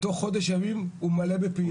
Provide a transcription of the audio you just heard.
תוך חודש ימים הוא מלא בפעילות.